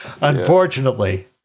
Unfortunately